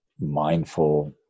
mindful